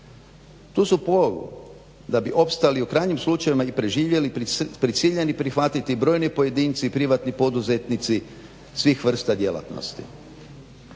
razumije./… da bi opstali u krajnjim slučajevima i preživjeli prisiljeni prihvatiti brojni pojedinci i privatni poduzetnici svih vrsta djelatnosti.